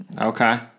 Okay